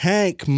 Hank